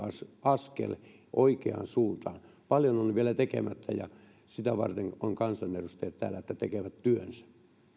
askel oikeaan suuntaan paljon on vielä tekemättä ja sitä varten ovat kansanedustajat täällä että tekevät työnsä